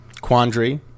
Quandary